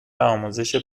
آموزش